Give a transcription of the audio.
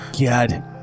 God